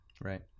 Right